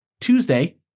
Tuesday